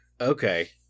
Okay